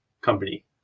Company